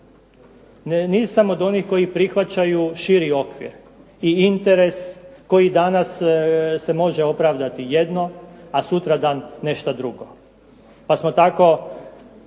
Nisam od onih koji prihvaćaju širi okvir i interes, koji danas se može opravdati jedno, a sutradan nešto drugo pa smo tako